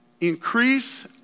increase